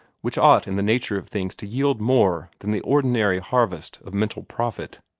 which ought in the nature of things to yield more than the ordinary harvest of mental profit.